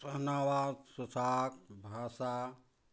पहनावा पोशाक भाषा